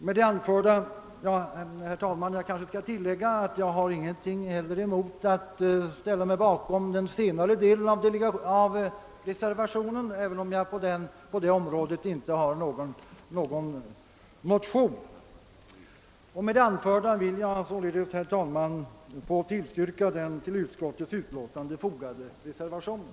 Jag bör kanske tillägga att jag inte har någonting emot att ställa mig bakom den senare delen av reservationen, även om jag i det avsnittet inte har någon motion. Med det anförda vill jag, herr talman, tillstyrka bifall till den vid utskottets utlåtande fogade reservationen.